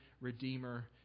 redeemer